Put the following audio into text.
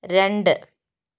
രണ്ട്